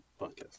podcast